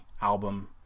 album